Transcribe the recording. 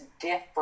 different